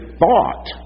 thought